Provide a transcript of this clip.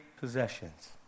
possessions